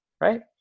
right